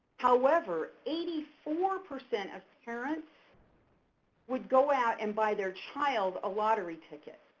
however, eighty four percent of parents would go out and buy their child a lottery ticket.